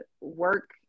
work